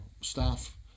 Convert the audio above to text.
staff